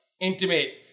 intimate